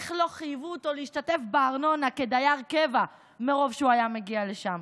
איך לא חייבו אותו להשתתף בארנונה כדייר קבע מרוב שהוא היה מגיע לשם.